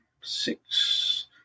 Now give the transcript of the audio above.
six